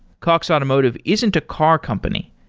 cox automotive isn't a car company.